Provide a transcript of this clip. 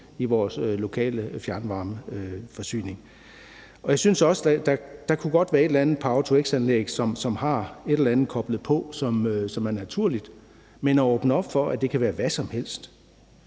i vores lokale fjernvarmeforsyning. Jeg synes også, at der godt kunne være et eller andet power-to-x-anlæg, som har et eller andet koblet på, som er naturligt, men det er noget andet at åbne op for, at det kan være hvad som helst,